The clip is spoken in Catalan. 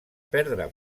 perdre